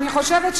אני חושבת,